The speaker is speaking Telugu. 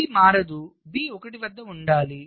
B మారదు B 1 వద్ద ఉండాలి